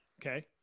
okay